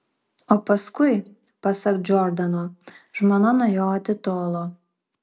o paskui pasak džordano žmona nuo jo atitolo